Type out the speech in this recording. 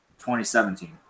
2017